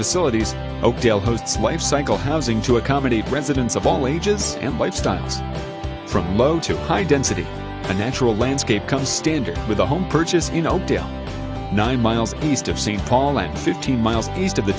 facilities oakdale hosts life cycle housing to accommodate residents of all ages and lifestyles from low to high density the natural landscape comes standard with a home purchase you know nine miles east of st paul and fifteen miles east of the